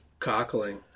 cockling